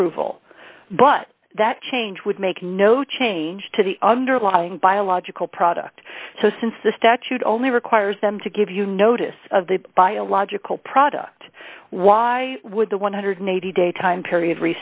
approval but that change would make no change to the underlying biological product so since the statute only requires them to give you notice of the biological product why would the one hundred and eighty dollars day time period